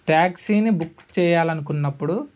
ట్యాక్సీని బుక్ చేయాలని అనుకున్నప్పుడు